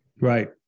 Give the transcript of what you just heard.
Right